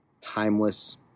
timeless